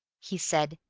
he said,